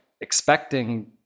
expecting